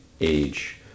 age